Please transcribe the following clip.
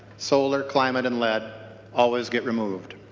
solar climate and lead always get removed.